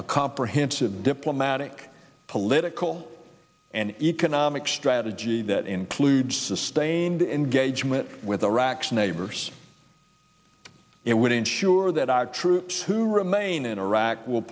a comprehensive diplomatic political and economic strategy that includes sustained engagement with iraq's neighbors it would ensure that our troops who remain in iraq will